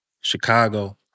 Chicago